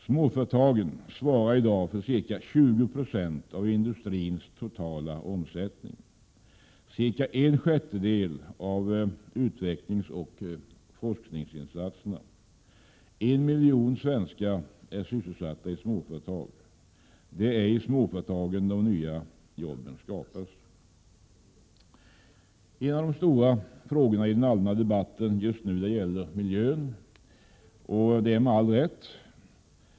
Småföretagen svarar i dag för ca 20 96 av industrins totala omsättning samt cirka en sjättedel av utvecklingsoch forskningsinsatserna. En miljon svenskar är sysselsatta i småföretag. Det är i småföretagen de nya jobben skapas. En av de stora frågorna i den allmänna debatten just nu gäller miljön — och detta med all rätt.